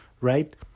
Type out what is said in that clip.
right